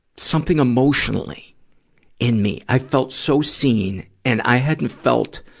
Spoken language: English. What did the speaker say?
something emotionally in me. i felt so seen, and i hadn't felt,